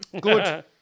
Good